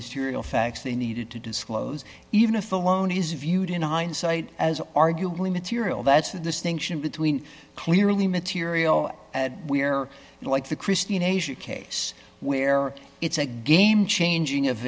material facts they needed to disclose even if alone is viewed in hindsight as arguably material that's the distinction between clearly material where like the christine asia case where it's a game changing